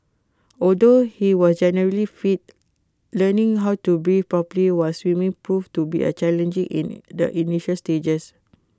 although he was generally fit learning how to breathe properly while swimming proved to be challenging in the initial stages